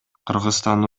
кыргызстан